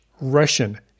Russian